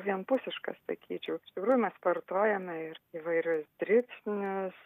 vienpusiškas sakyčiau iš tikrųjų mes vartojame ir įvairius dribsnius